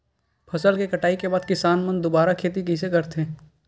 फसल के कटाई के बाद किसान मन दुबारा खेती कइसे करथे?